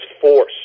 force